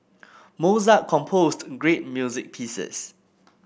Mozart composed great music pieces